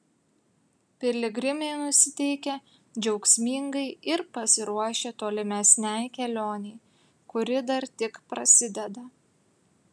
piligrimai nusiteikę džiaugsmingai ir pasiruošę tolimesnei kelionei kuri dar tik prasideda